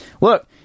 look